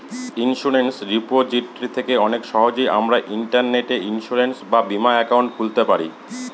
insurance repository থেকে অনেক সহজেই আমরা ইন্টারনেটে ইন্সুরেন্স বা বীমা একাউন্ট খুলতে পারি